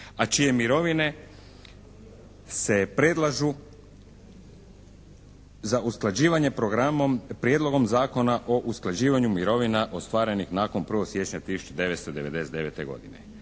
a čije mirovine se predlažu za usklađivanje programom, Prijedlogom zakona o usklađivanju mirovina ostvarenih nakon 1. siječnja 1999. godine.